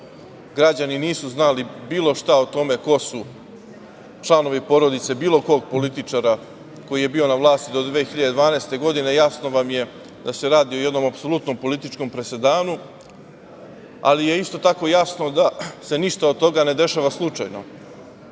građani nisu znali bilo šta o tome ko su članovi porodice bilo kog političara koji je bio na vlasti do 2012. godine, jasno vam je da se radi o jednom apsolutnom političkom presedanu, ali je isto tako jasno da se ništa od toga ne dešava slučajno,